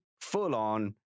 full-on